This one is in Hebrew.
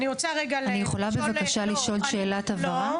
אני יכולה בבקשה לשאול שאלת הבהרה?